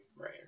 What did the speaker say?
Right